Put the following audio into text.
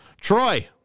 Troy